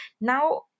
Now